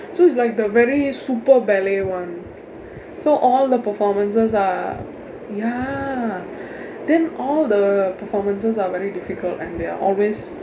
so it's like the very super ballet [one] so all the performances are ya then all the performances are very difficult and they are always